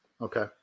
Okay